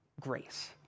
grace